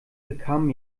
bekam